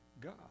God